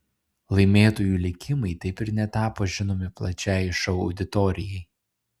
laimėtojų likimai taip ir netapo žinomi plačiajai šou auditorijai